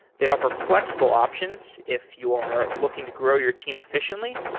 they offer flexible options if you're looking to grow your team efficiently,